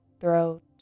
throat